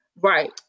Right